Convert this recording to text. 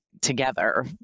together